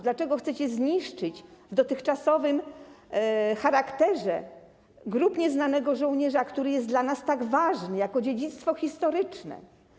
Dlaczego chcecie zniszczyć dotychczasowy charakter Grobu Nieznanego Żołnierza, który jest dla nas tak ważny jako dziedzictwo historyczne?